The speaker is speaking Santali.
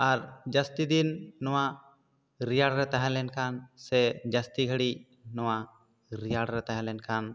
ᱟᱨ ᱡᱟᱹᱥᱛᱤ ᱫᱤᱱ ᱱᱚᱣᱟ ᱨᱮᱭᱟᱲ ᱨᱮ ᱛᱟᱦᱮᱸᱞᱮᱱ ᱠᱷᱟᱱ ᱥᱮ ᱡᱟᱹᱥᱛᱤ ᱜᱷᱟᱹᱲᱤᱡ ᱱᱚᱣᱟ ᱨᱮᱭᱟᱲ ᱨᱮ ᱛᱟᱦᱮᱸᱞᱮᱱ ᱠᱷᱟᱱ